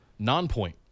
Nonpoint